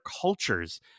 cultures